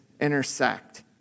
intersect